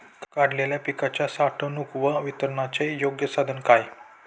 काढलेल्या पिकाच्या साठवणूक व वितरणाचे योग्य साधन काय?